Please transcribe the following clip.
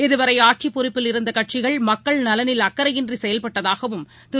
இதுவரைஆட்சிப்பொறுப்பில் இருந்தகட்சிகள் மக்கள் நலனில் அக்கறையின்றிசெயல்பட்டதாகவும் திரு